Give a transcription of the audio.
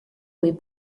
kui